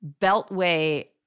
beltway